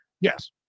Yes